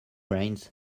rains